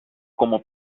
cómo